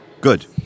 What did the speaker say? Good